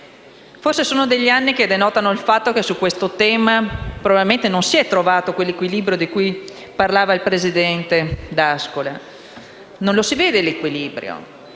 Forse sono anni che denotano il fatto che su questo tema probabilmente non si è trovato quell'equilibrio di cui parlava il presidente D'Ascola. Non lo si vede quell'equilibrio,